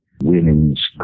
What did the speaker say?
women's